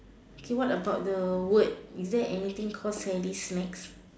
okay what about the word is there anything call Sally's snacks